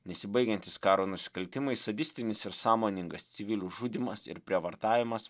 nesibaigiantys karo nusikaltimai sadistinis ir sąmoningas civilių žudymas ir prievartavimas